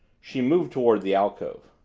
she moved toward the alcove.